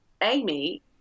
Amy